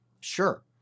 Sure